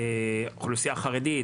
אוכלוסייה חרדית,